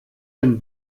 wenn